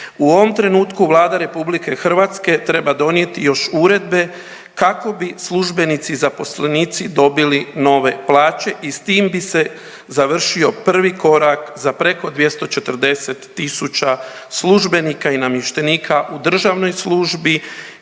U ovom trenutku Vlada Republike Hrvatske treba donijeti još uredbe kako bi službenici i zaposlenici dobili nove plaće i s tim bi se završio prvi korak za preko 240 000 službenika i namještenika u državnoj službi